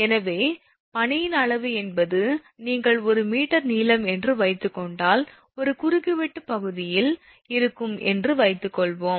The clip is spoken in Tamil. எனவே பனியின் அளவு என்பது நீங்கள் 1 மீட்டர் நீளம் என்று வைத்துக் கொண்டால் 1 குறுக்கு வெட்டுப் பகுதியில் இருக்கும் என்று வைத்துக்கொள்வோம்